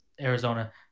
Arizona